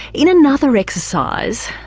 in another exercise,